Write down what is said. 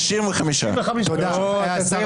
השרה